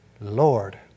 Lord